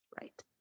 Right